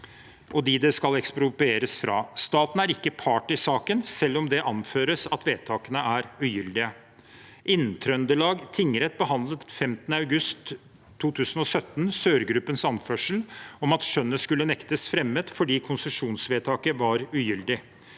og de det skal eksproprieres fra. Staten er ikke part i saken, selv om det anføres at vedtakene er ugyldige. Inntrøndelag tingrett behandlet 15. august 2017 Sør-gruppens anførsel om at skjønnet skulle nektes fremmet fordi konsesjonsvedtaket var ugyldig.